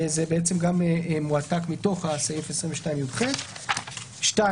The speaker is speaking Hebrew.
זה בעצם גם מועתק מתוך סעיף 22יח. 2.תיקון